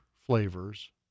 Flavors